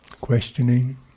Questioning